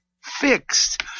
fixed